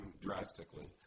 drastically